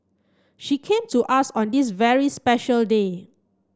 she came to us on this very special day